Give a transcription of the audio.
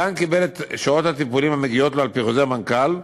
הגן קיבל את שעות הטיפולים המגיעות לו על-פי חוזר מנכ"ל,